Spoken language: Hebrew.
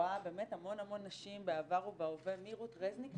ורואה המון המון נשים בעבר ובהווה מרות רזניק,